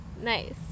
Nice